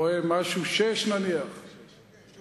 הרי